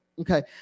Okay